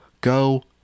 go